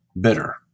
bitter